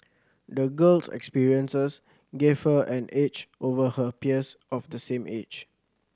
the girl's experiences gave her an edge over her peers of the same age